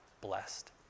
blessed